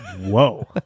Whoa